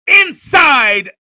inside